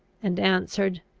and answered,